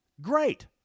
great